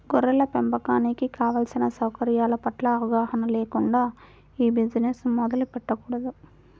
గొర్రెల పెంపకానికి కావలసిన సౌకర్యాల పట్ల అవగాహన లేకుండా ఈ బిజినెస్ మొదలు పెట్టకూడదు